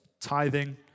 tithing